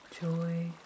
joy